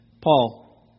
Paul